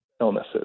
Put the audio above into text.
illnesses